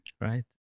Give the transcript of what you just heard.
Right